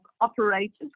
operators